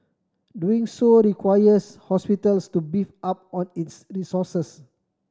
doing so requires hospitals to beef up on its resources